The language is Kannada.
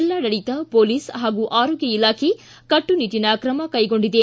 ಜಿಲ್ಲಾಡಳಿತ ಪೊಲೀಸ್ ಹಾಗೂ ಆರೋಗ್ಯ ಇಲಾಖೆ ಕಟ್ಟುನಿಟ್ಟನ ಕ್ರಮ ಕೈಗೊಂಡಿದೆ